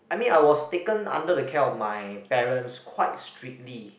I mean I was taken under the care of my parents quite strictly